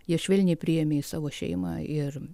jie švelniai priėmė į savo šeimą ir